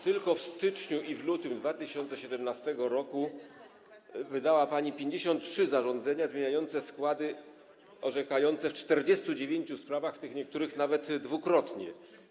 Tylko w styczniu i lutym 2017 r. wydała pani 53 zarządzenia zmieniające składy orzekające w 49 sprawach, w tym w przypadku niektórych nawet dwukrotnie.